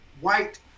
white